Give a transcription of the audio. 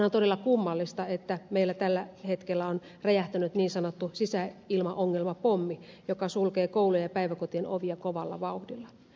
onhan todella kummallista että meillä tällä hetkellä on räjähtänyt niin sanottu sisäilmaongelmapommi joka sulkee koulujen ja päiväkotien ovia kovalla vauhdilla